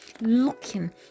looking